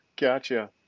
Gotcha